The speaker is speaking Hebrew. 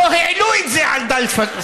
לא העלו את זה על דל שפתם.